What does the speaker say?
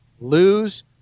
Lose